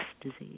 disease